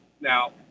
Now